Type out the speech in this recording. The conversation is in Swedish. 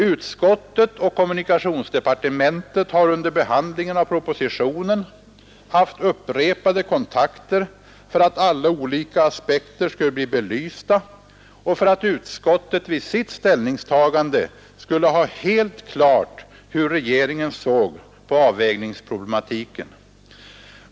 Utskottet och kommunikationsdepartementet har under behandlingen av propositionen haft upprepade kontakter för att alla olika aspekter skulle bli belysta och för att utskottet vid sitt ställningstagande skulle ha helt klart hur regeringen såg på avvägningsproblematiken.